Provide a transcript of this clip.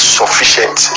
sufficient